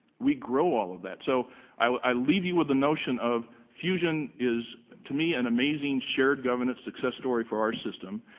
we grow all of that. so i leave you with the notion of fusion is to me an amazing shared government success story for our system.